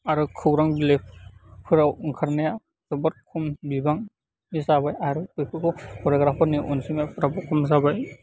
आरो खौरां बिलाइफोराव ओंखारनाया जोबोद खम बिबांनि जाबाय आरो बेफोरखौ फरायग्राफोरनि अनजिमाफ्राबो खम जाबाय